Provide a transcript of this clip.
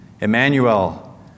Emmanuel